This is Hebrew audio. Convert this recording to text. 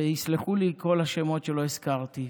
ויסלחו לי כל השמות שלא הזכרתי.